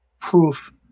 proof